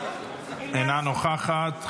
אינה נוכחת,